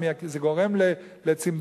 זה גורם לצמצום.